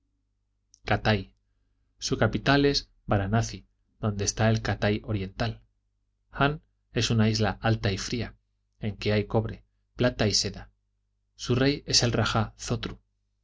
su capital es baranaci donde está el catai oriental han es una isla alta y fría en que hay cobre plata y seda su rey es el raja zotru